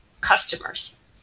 customers